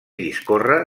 discorre